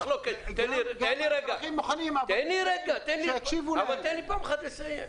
האזרחים מוכנים, אבל שיקשיבו להם.